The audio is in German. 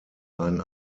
ein